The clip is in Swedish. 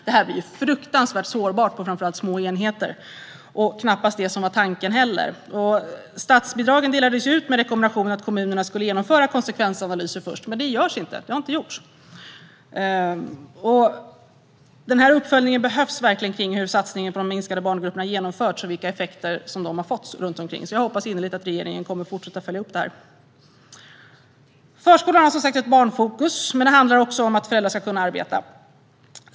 Detta blir ju fruktansvärt sårbart på framför allt små enheter, och det var knappast det som var tanken. Statsbidragen delades ut med rekommendationen att kommunerna först skulle genomföra konsekvensanalyser, men det har inte gjorts. Det behövs verkligen en uppföljning av hur satsningen på de minskade barngrupperna har genomförts och vilka effekter de har fått, så jag hoppas innerligt att regeringen kommer att fortsätta följa upp detta. Förskolan har som sagt i dag ett barnfokus, men det handlar också om att föräldrar ska kunna arbeta.